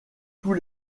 tous